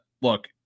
look